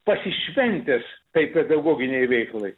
pasišventęs tai pedagoginei veiklai